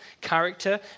Character